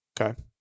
Okay